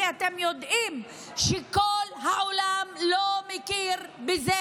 כי אתם יודעים שכל העולם לא מכיר בזה